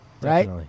Right